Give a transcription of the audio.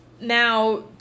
Now